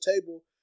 table